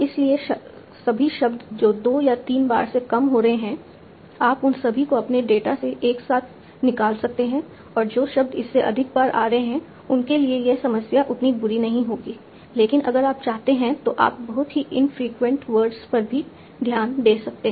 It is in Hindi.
इसलिए सभी शब्द जो 2 या 3 बार से कम हो रहे हैं आप उन सभी को अपने डेटा से एक साथ निकाल सकते हैं और जो शब्द इससे अधिक बार आ रहे हैं उनके लिए यह समस्या उतनी बुरी नहीं होगी लेकिन अगर आप चाहते हैं तो आप बहुत ही इनफ्रीक्वेंट वर्ड्स शब्द पर भी ध्यान दे सकते हैं